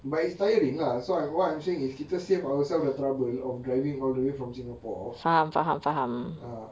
but it's tiring lah so what I want is kita save ourselves the trouble of driving all the way from singapore ah